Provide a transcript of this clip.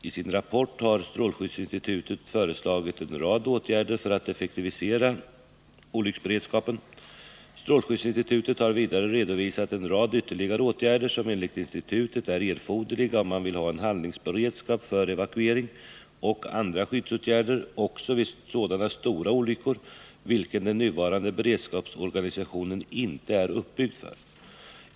I sin rapport har strålskyddsinstitutet föreslagit en rad åtgärder för att effektivisera olycksberedskapen. Strålskyddsinstitutet har vidare redovisat en rad ytterligare åtgärder som enligt institutet är erforderliga om man vill ha en handlingsberedskap för evakuering och andra skyddsåtgärder också vid sådana stora olyckor vilka den nuvarande beredskapsorganisationen inte är uppbyggd för.